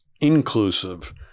inclusive